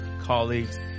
colleagues